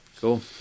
Cool